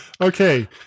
Okay